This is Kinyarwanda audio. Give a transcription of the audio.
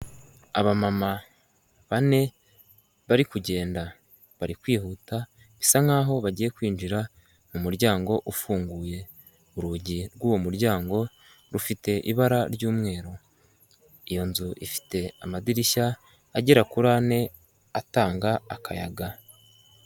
Abamama bane bari kugenda, bari kwihuta, bisa nkaho bagiye kwinjira mu muryango ufunguye, urugi rw'uwo muryango rufite ibara ry'umweru, iyo nzu ifite amadirishya agera kuri ane, atanga akayaga.